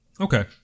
Okay